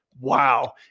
wow